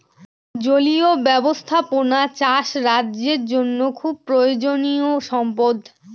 জলীয় ব্যাবস্থাপনা চাষ রাজ্যের জন্য খুব প্রয়োজনীয়ো সম্পদ